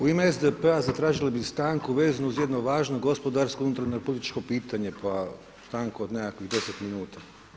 U ime SDP-a zatražili bi stanku vezanu uz jedno važno gospodarsko unutarnje političko pitanje pa stanku od nekakvih 10 minuta.